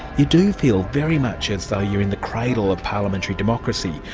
you do feel very much as though you're in the cradle of parliament democracy,